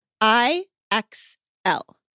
I-X-L